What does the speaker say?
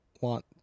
want